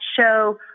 show